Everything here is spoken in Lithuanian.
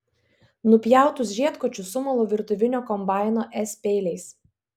nupjautus žiedkočius sumalu virtuvinio kombaino s peiliais